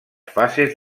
fases